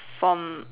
from